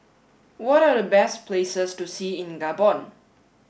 what are the best places to see in Gabon